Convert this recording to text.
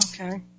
Okay